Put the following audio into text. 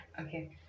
okay